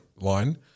line